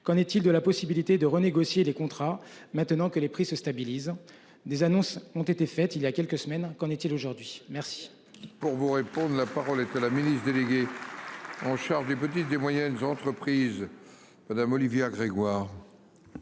Qu'en est-il de la possibilité de renégocier les contrats. Maintenant que les prix se stabilisent des annonces ont été faites il y a quelques semaines. Qu'en est-il aujourd'hui. Merci.